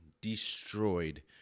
destroyed